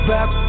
Back